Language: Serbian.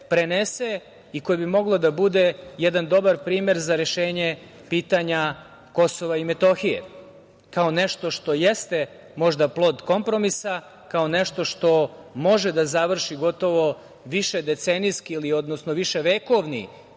prenese i koje bi moglo da bude jedan dobar primer za rešenje pitanja KiM, kao nešto što jeste možda plod kompromisa, kao nešto što može da završi gotovo višedecenijski, odnosno viševekovni,